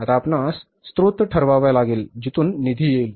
आता आपणास स्रोत ठरवावा लागेल जिथून निधी येईल